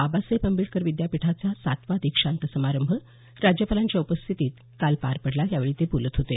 बाबासाहेब आंबेडकर मराठवाडा विद्यापीठाचा साठावा दीक्षांत समारंभ राज्यपालांच्या उपस्थितीत काल पार पडला त्यावेळी ते बोलत होते